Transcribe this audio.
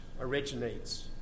originates